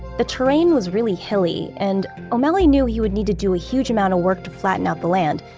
the terrain was really hilly and o'malley knew he would need to do a huge amount of work to flatten out the land,